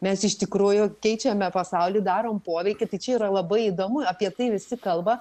mes iš tikrųjų keičiame pasaulį darom poveikį tai čia yra labai įdomu apie tai visi kalba